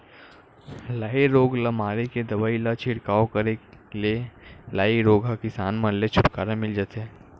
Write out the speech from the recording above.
लाई रोग ल मारे के दवई ल छिड़काव करे ले लाई रोग ह किसान मन ले छुटकारा मिल जथे